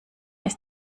ist